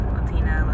Latina